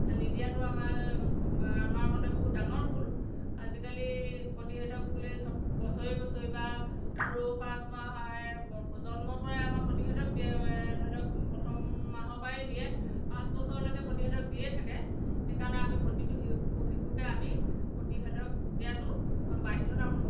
নিদিয়াটো আমাৰ আমাৰ মতে বহুত ডাঙৰ ভুল আজিকালি প্ৰতিষেধক বুলি চব বছৰী বছৰী বা সৰু পাঁচ মাহ এই জন্মৰপৰাই আমাৰ প্ৰতিষেধক দিয়ে ধৰি লওক প্ৰথম মাহৰ পৰাই দিয়ে পাঁচ বছৰলৈকে প্ৰতিষেধক দিয়েই থাকে সেইকাৰণে আমি প্ৰতিটো শিশু শিশুকে আমি প্ৰতিষেধক দিয়াতো বাধ্যতামূলক